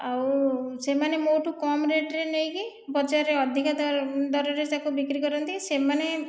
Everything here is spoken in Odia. ଆଉ ସେମାନେ ମୋଠୁ କମ୍ ରେଟ୍ରେ ନେଇକି ବଜାରରେ ଅଧିକ ଦରରେ ତାକୁ ବିକ୍ରି କରନ୍ତି ସେମାନେ